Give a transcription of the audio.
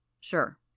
Sure